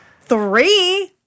Three